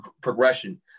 progression